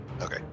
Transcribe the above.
Okay